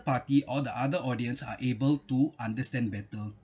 party or the other audience are able to understand better